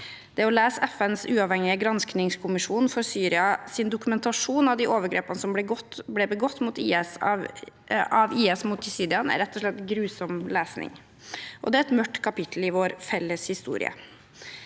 Det å lese FNs uavhengige granskingskommisjon for Syria sin dokumentasjon av de overgrepene som ble begått av IS mot jesidiene, er rett og slett grusom lesning. Det er et mørkt kapittel i vår felles historie.